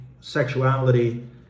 sexuality